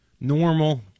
normal